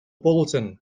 bulletin